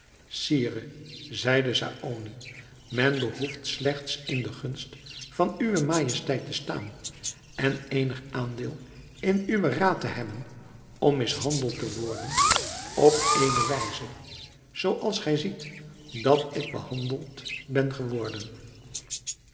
sire zeide saony men behoeft slechts in de gunst van uwe majesteit te staan en eenig aandeel in uwen raad te hebben om mishandeld te worden op eene wijze zooals zij ziet dat ik behandeld ben geworden